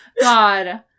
god